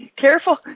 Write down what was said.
careful